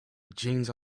jeans